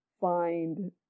find